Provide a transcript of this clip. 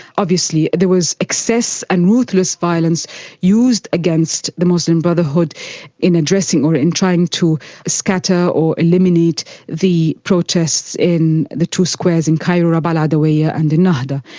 obviously there was excess and a ruthless violence used against the muslim brotherhood in addressing or in trying to scatter or eliminate the protests in the two squares in cairo, rabaa al-adawiya and in nahda.